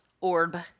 orb